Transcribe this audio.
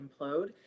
implode